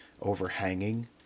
overhanging